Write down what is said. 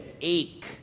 ache